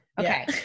Okay